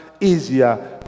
easier